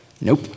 Nope